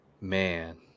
man